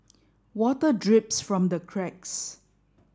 water drips from the cracks